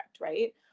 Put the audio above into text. right